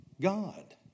God